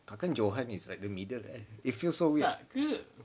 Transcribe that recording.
itu johan is like the middle leh it feels so weird